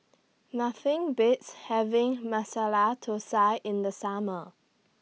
Nothing Beats having Masala Thosai in The Summer